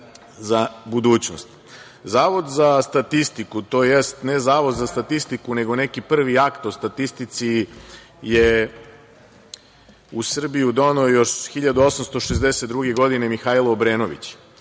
za budućnost. Zavod za statistiku, to jest ne Zavod za statistiku nego neki prvi akt o statistici je u Srbiju doneo još 1862. godine Mihajlo Obrenović.